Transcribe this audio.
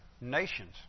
nations